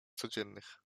codziennych